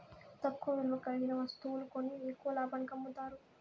తక్కువ విలువ కలిగిన వత్తువులు కొని ఎక్కువ లాభానికి అమ్ముతారు